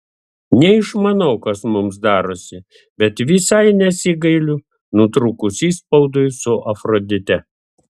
neišmanau kas mums darosi bet visai nesigailiu nutrūkus įspaudui su afrodite